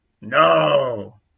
No